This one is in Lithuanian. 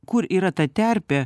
kur yra ta terpė